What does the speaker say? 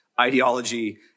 ideology